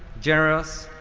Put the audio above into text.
generous,